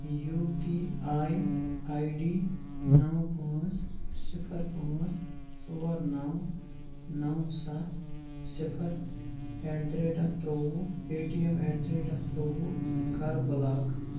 U P I I D نَو پانٛژھ صِفر پانٛژھ ژور نَو نَو سَتھ صِفر ایٹ دَ ریٹ آف ترٛووُہ Paytm at the rate of ترٛووُہ کَر بلاک